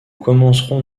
commencerons